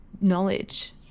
knowledge